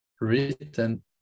written